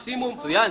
מצוין,